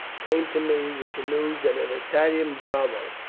came to me with the news that an italian bravo,